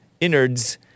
innards